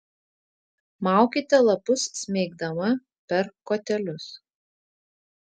maukite lapus smeigdama per kotelius